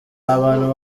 abantu